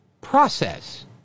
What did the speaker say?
process